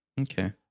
Okay